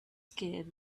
scared